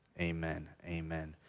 amen. amen.